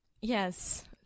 Yes